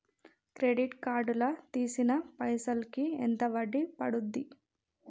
Credit card లా తీసిన పైసల్ కి ఎంత వడ్డీ పండుద్ధి?